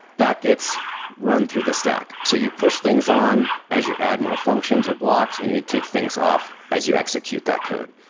that gets run through the stack. so you push things on as you add more functions or blocks and we'd take things off as you execute that code.